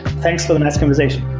thanks for the nice conversation.